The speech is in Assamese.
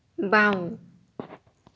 বাঁও